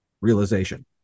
realization